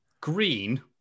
Green